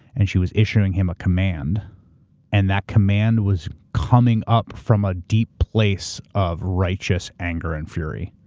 and she was issuing him a command and that command was coming up from a deep place of righteous anger and fury.